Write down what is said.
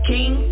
King